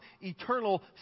eternal